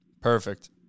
Perfect